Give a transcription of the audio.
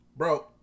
Bro